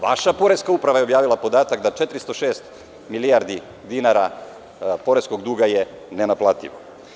Vaša poreska uprava je objavila podatak da 406 milijardi dinara poreskog duga je nenaplativo.